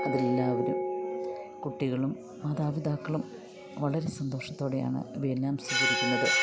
അത് എല്ലാവരും കുട്ടികളും മാതാപിതാക്കളും വളരെ സന്തോഷത്തോടെയാണ് അവ എല്ലാം സ്വീകരിക്കുന്നത്